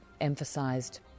emphasised